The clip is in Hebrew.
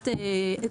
האחרונה,